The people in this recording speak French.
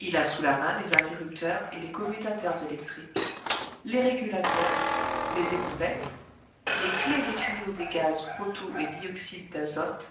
il a sous la main les interrupteurs et les commutateurs électriques les régulateurs les éprouvettes les clefs des tuyaux des gaz proto et bioxyde d'azote